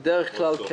בדרך כלל כן.